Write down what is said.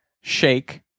shake